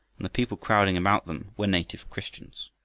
and the people crowding about them were native christians.